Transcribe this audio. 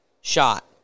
shot